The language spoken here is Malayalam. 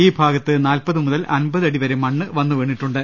ഈ ഭാഗത്ത് നാൽപ്പത് മുതൽ അമ്പത് അടി വരെ മണ്ണ് വന്നു വീണിട്ടു ണ്ട്